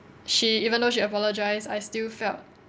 she even though she apologised I still felt